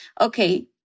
Okay